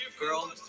girl